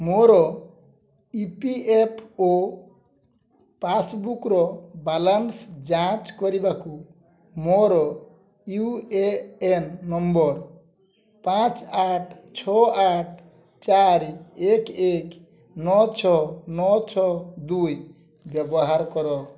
ମୋର E P F O ପାସ୍ବୁକ୍ର balance ଯାଞ୍ଚ କରିବାକୁ ମୋର ୟୁ ଏ ଏନ୍ ନମ୍ବର ପାଞ୍ଚ ଆଠ ଛଅ ଆଠ ଚାରି ଏକ ଏକ ନଅ ଛଅ ନଅ ଛଅ ଦୁଇ ବ୍ୟବହାର କର